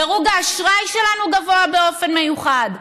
דירוג האשראי שלנו גבוה באופן מיוחד.